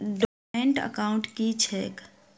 Dormant account की छैक?